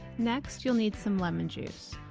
next you'll need some lemon juice,